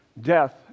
death